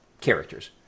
characters